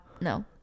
no